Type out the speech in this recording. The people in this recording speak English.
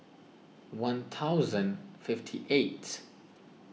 one thousand fifty eighth